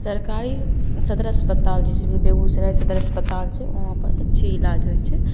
सरकारी सदर अस्पताल जइसेकि बेगूसराय सदर अस्पताल छै ओहाँपर अच्छे इलाज होइ छै